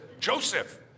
Joseph